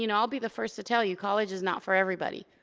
you know i'll be the first to tell you, college is not for everybody.